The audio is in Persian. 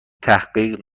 تحقیق